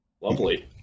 Lovely